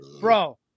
Bro